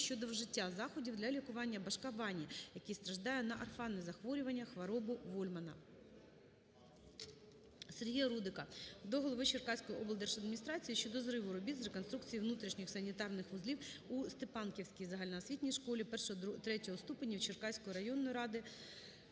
щодо вжиття заходів для лікування Божка Вані, який страждає на орфанне захворювання хворобу Вольмана. Сергія Рудика до голови Черкаської облдержадміністрації щодо зриву робіт з реконструкції внутрішніх санітарних вузлів у Степанківській загальноосвітній школі І-ІІІ ступенів Черкаської районної ради